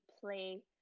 play